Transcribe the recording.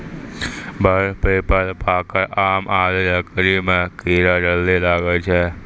वर, पीपल, पाकड़, आम आदि लकड़ी म कीड़ा जल्दी लागै छै